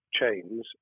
chains